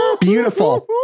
beautiful